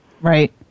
right